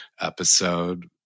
episode